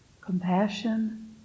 compassion